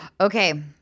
Okay